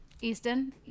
Easton